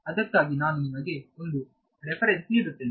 ಅದಕ್ಕಾಗಿ ನಾನು ನಿಮಗೆ ಒಂದು ರೆಫರೆನ್ಸ್ ನೀಡುತ್ತೇನೆ